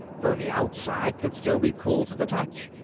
though the outside could still be cool to the touch.